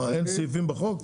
מה, אין סעיפים בחוק?